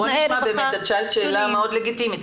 תנאי רווחה שונים --- שאלת שאלה לגיטימית.